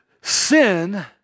Sin